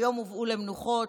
היום הובאו למנוחות